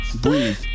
breathe